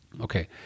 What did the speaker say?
Okay